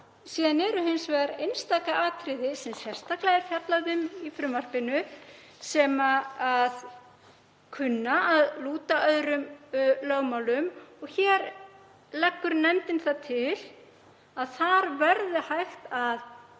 Það eru hins vegar einstaka atriði sem sérstaklega er fjallað um í frumvarpinu sem kunna að lúta öðrum lögmálum og nefndin leggur til að þar verði hægt að